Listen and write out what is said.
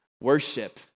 Worship